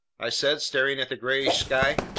i said, staring at the grayish sky.